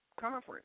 conference